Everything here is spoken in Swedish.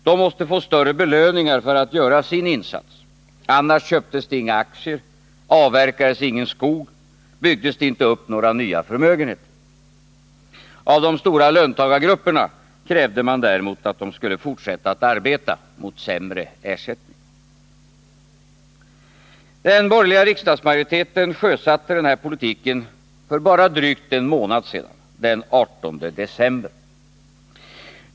De måste få större belöningar för att göra sin insats — annars köptes det inga aktier, avverkades ingen skog, byggdes det inte upp några förmögenheter. Av de stora löntagargrupperna krävde man däremot att de skulle fortsätta att arbeta mot sämre ersättning. Den borgerliga riksdagsmajoriteten sjösatte den här politiken för bara drygt en månad sedan, den 18 december 1980.